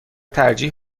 ترجیح